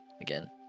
again